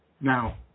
Now